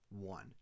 one